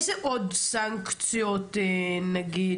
איזה עוד סנקציות נגיד,